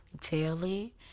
daily